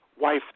wife